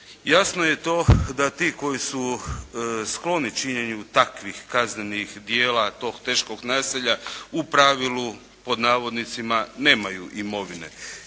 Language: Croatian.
Jasno je i to da ti koji su skloni činjenju takvih kaznenih djela tog teškog nasilja u pravilu pod navodnicima “nemaju imovine“